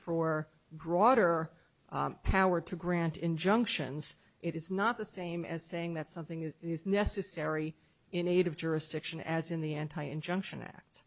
for broader power to grant injunctions it is not the same as saying that something is necessary in aid of jurisdiction as in the anti injunction act